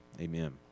amen